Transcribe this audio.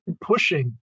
pushing